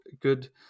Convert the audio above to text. good